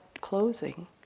closing